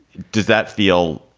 does that feel?